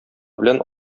белән